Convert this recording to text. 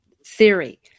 theory